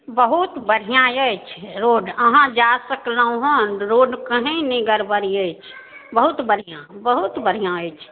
बहुत बढ़िआँ अछि रोड आहाँ जा सकलौं हन रोड कहीँ नहि गड़बड़ अछि बहुत बढ़िआँ बहुत बढ़िआँ अछि